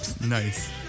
Nice